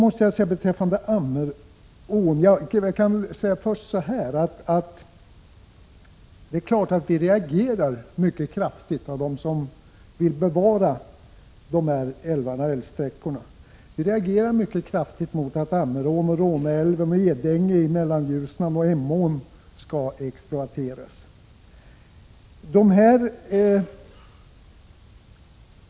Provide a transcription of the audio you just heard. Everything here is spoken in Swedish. Vi som vill bevara de nu aktuella älvarna och älvsträckorna reagerar mycket kraftigt mot att Ammerån, Råneälven, Edänge i Mellanljusnan och Emån skall exploateras.